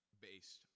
based